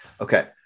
okay